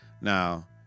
Now